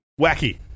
Wacky